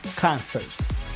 Concerts